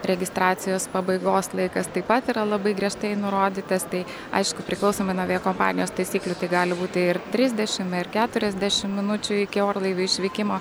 registracijos pabaigos laikas taip pat yra labai griežtai nurodytas tai aišku priklausomai nuo aviakompanijos taisyklių tai gali būti ir trisdešim ir keturiasdešim minučių iki orlaivio išvykimo